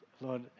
Lord